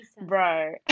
bro